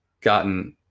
gotten